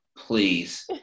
please